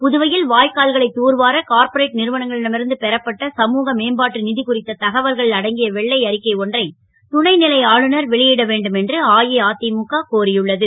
புதுவை ல் வா க்கால்களை தூர்வார கார்ப்ரெட் றுவனங்களிடம் இருந்து பெறப்பட்ட சமுக மேம்பாட்டு குறித்த தகவல்கள் அடங்கிய வெள்ளை அறிக்கை ஒன்றை துணை லை ஆளுநர் வெளி ட வேண்டும் என்று அஇஅ முக கோரியுள்ள து